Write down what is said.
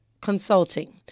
Consulting